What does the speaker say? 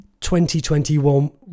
2021